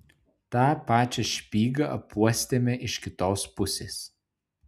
tą pačią špygą apuostėme iš kitos pusės